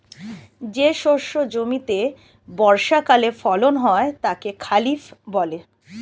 যে শস্য জমিতে বর্ষাকালে ফলন হয় তাকে খরিফ বলে